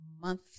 month